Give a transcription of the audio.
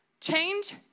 change